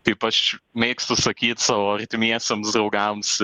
kaip aš mėgstu sakyt savo artimiesiems draugams